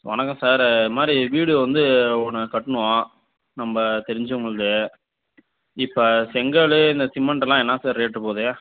வணக்கம் சார் இது மாதிரி வீடு வந்து ஒன்று கட்டணும் நம்ப தெரிஞ்சவங்கள்து இப்போ செங்கல் இந்த சிமெண்ட்டுலாம் என்ன சார் ரேட்டு போகுது